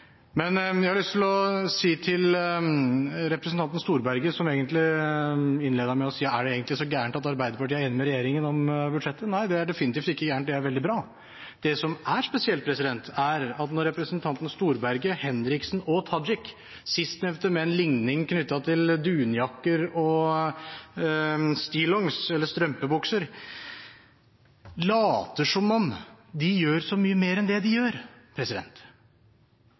så galt at Arbeiderpartiet er enig med regjeringen om budsjettet. Nei, det er definitivt ikke galt, det er veldig bra. Det som er spesielt, er at representantene Storberget, Henriksen og Tajik, sistnevnte med en ligning knyttet til dunjakker og stillongs, eller strømpebukser, later som om de gjør så mye mer enn det de gjør.